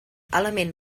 element